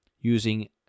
using